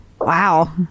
Wow